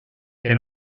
que